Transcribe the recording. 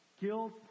guilt